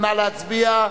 נא להצביע.